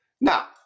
Now